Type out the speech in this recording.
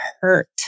hurt